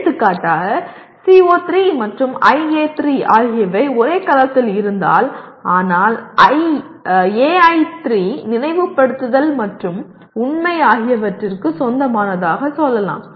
எடுத்துக்காட்டாக CO3 மற்றும் IA3 ஆகியவை ஒரே கலத்தில் இருந்தால் ஆனால் AI3 நினைவுபடுத்துதல் மற்றும் உண்மை ஆகியவற்றிற்கு சொந்தமானதாக சொல்லலாம்